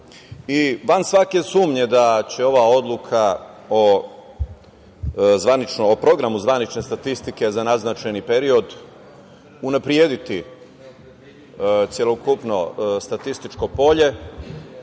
i van svake sumnje da će ova odluka o Programu zvanične statistike za naznačeni period unaprediti celokupno statističko polje,